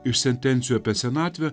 iš sentencijų apie senatvę